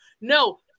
No